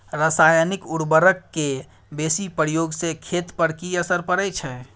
रसायनिक उर्वरक के बेसी प्रयोग से खेत पर की असर परै छै?